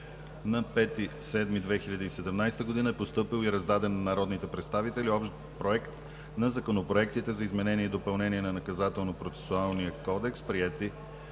На 5 юли 2017 г. е постъпил и раздаден на народните представители общ проект на Законопроектите за изменение и допълнение на Наказателно-процесуалния кодекс, приети